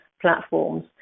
platforms